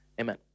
Amen